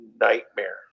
nightmare